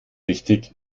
richtig